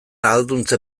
ahalduntze